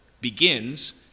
begins